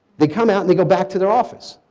they come out and to go back to the office.